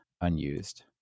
unused